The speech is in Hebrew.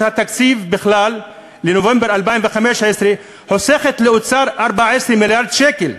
התקציב בכלל לנובמבר 2015 חוסכת לאוצר 14 מיליארד שקל,